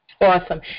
Awesome